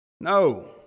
No